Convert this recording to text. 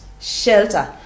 shelter